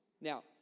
Now